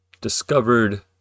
discovered